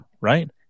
right